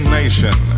nation